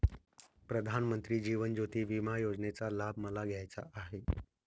प्रधानमंत्री जीवन ज्योती विमा योजनेचा लाभ मला घ्यायचा आहे